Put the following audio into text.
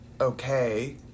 okay